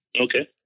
Okay